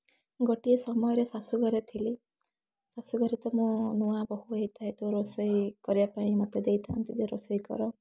ଗୋଟିଏ ସମୟରେ ଶାଶୁ ଘରେ ଥିଲି ଶାଶୁ ଘରେ ତ ମୁଁ ନୂଆ ବୋହୂ ହେଇଥାଏ ତ ରୋଷେଇ କରିବା ପାଇଁ ମତେ ଦେଇ ଥାନ୍ତି ଯେ ରୋଷେଇ କର